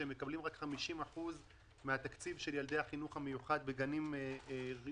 שהם מקבלים רק 50% מן התקציב של ילדי החינוך המיוחד בגנים רשמיים.